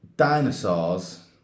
Dinosaurs